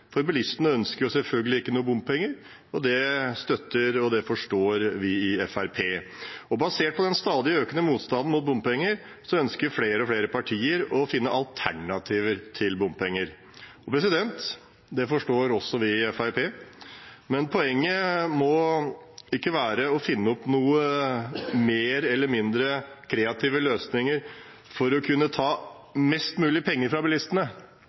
for bilistene ønsker selvfølgelig ikke noen bompenger. Det støtter og forstår vi i Fremskrittspartiet. Basert på den stadig økende motstanden mot bompenger ønsker flere og flere partier å finne alternativer til bompenger. Det forstår også vi i Fremskrittspartiet, men poenget må ikke være å finne opp noen mer eller mindre kreative løsninger for å kunne ta mest mulig penger fra bilistene.